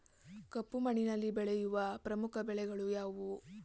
ಕಪ್ಪು ಮಣ್ಣಿನಲ್ಲಿ ಬೆಳೆಯುವ ಪ್ರಮುಖ ಬೆಳೆಗಳು ಯಾವುವು?